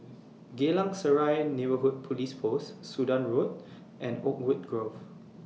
Geylang Serai Neighbourhood Police Post Sudan Road and Oakwood Grove